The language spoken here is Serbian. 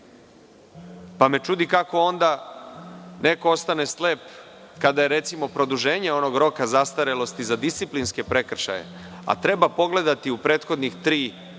pa me čudi kako onda neko ostane slep kada je recimo u pitanju produženje onog roka zastarelosti za disciplinske prekršaje. Treba pogledati u prethodne tri i